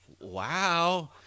wow